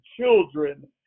children